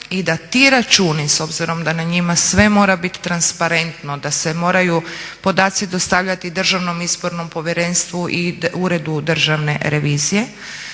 I da ti računi s obzirom da na njima sve mora biti transparentno, da se moraju podaci dostavljati Državnom izbornom povjerenstvu i Uredu državne revizije,